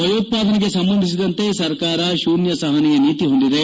ಭಯೋತ್ಪಾದನೆಗೆ ಸಂಬಂಧಿಸಿದಂತೆ ಸರ್ಕಾರ ಶೂನ್ತ ಸಹನೆಯ ನೀತಿ ಹೊಂದಿದೆ